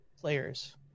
players